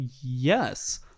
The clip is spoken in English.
yes